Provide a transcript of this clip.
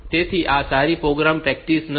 તેથી આ સારી પ્રોગ્રામ પ્રેક્ટિસ નથી